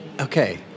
okay